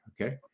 okay